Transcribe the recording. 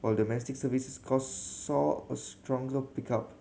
while domestic services cost saw a stronger pickup